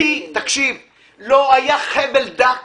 לא היה חבל דק